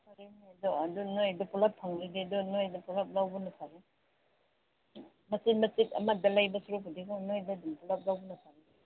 ꯐꯔꯦꯅꯦ ꯑꯗꯣ ꯑꯗꯨ ꯅꯣꯏꯗ ꯄꯨꯜꯂꯞ ꯐꯪꯂꯗꯤ ꯑꯗꯨ ꯅꯣꯏꯗ ꯄꯨꯜꯂꯞ ꯂꯧꯕ ꯐꯔꯦ ꯃꯆꯤꯠ ꯃꯆꯤꯠ ꯑꯃꯗ ꯂꯩꯕ ꯁꯔꯨꯛꯄꯨꯗꯤꯀꯣ ꯅꯣꯏꯗꯩ ꯑꯗꯨꯝ ꯄꯨꯜꯂꯞ ꯂꯧꯕꯅ ꯐꯔꯦ